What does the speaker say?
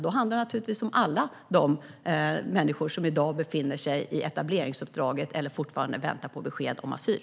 Då handlar det naturligtvis om alla de människor som i dag befinner sig i etableringsuppdraget eller fortfarande väntar på besked om asyl.